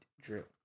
Drew